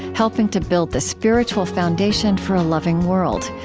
helping to build the spiritual foundation for a loving world.